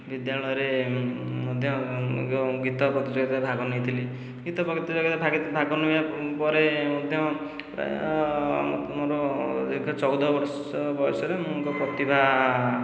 ବିଦ୍ୟାଳୟରେ ମଧ୍ୟ ଗୀତ ପ୍ରତିଯୋଗିତାରେ ଭାଗ ନେଇଥିଲି ଗୀତ ପ୍ରତିଯୋଗିତାରେ ଭାଗ ନେବା ପରେ ମଧ୍ୟ ପ୍ରାୟ ଆମର ଦୀର୍ଘ ଚଉଦ ବର୍ଷ ବୟସରେ ମୁଁ ଏକ ପ୍ରତିଭା